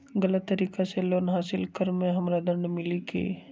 गलत तरीका से लोन हासिल कर्म मे हमरा दंड मिली कि?